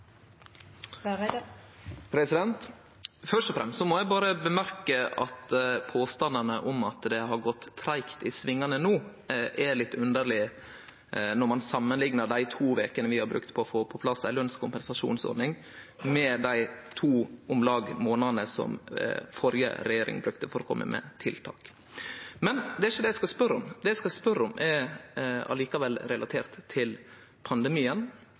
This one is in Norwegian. litt underlege når ein samanliknar dei to vekene vi har brukt på å få på plass ei lønskompensasjonsordning, med dei om lag to månadene som førre regjering brukte for å kome med tiltak. Men det er ikkje det eg skal spørje om. Det eg skal spørje om, er likevel relatert til pandemien